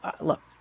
look